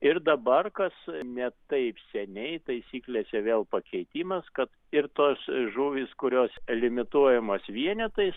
ir dabar kas ne taip seniai taisyklėse vėl pakeitimas kad ir tos žuvys kurios limituojamos vienetais